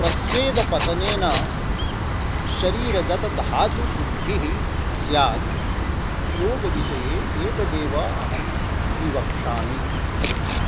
प्रस्वेदपतनेन शरीरगतधातुशुद्धिः स्यात् योगविषये एतदेव अहं विवक्षामि